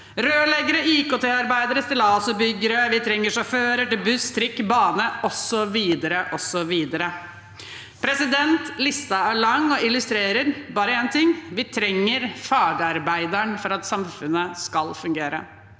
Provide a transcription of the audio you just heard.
rørleggere, IKT-arbeidere, stillasbyggere, vi trenger sjåfører til buss, trikk, bane, osv. Listen er lang og illustrerer bare én ting: Vi trenger fagarbeideren for at samfunnet skal fungere.